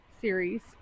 series